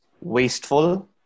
wasteful